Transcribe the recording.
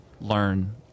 learn